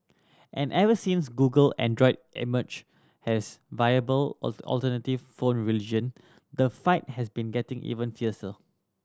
and ever since Google Android emerged has viable alternative phone religion the fight has been getting even fiercer